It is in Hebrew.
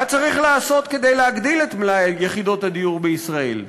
מה צריך לעשות כדי להגדיל את מלאי יחידות הדיור בישראל?